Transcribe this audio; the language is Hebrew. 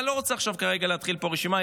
ואני לא רוצה כרגע להתחיל פה רשימה,